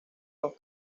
los